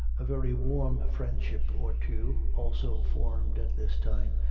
a very warm friendship or two, also formed at this time,